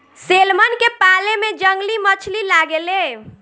salmon के पाले में जंगली मछली लागे ले